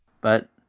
But-